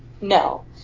no